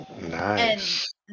nice